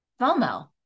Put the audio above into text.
FOMO